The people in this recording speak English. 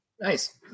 Nice